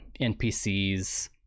NPCs